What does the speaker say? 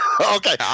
Okay